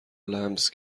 لمس